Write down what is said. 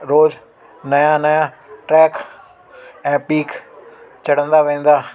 रोज नयां नयां ट्रैक ऐं पीक चढ़ंदा वेंदा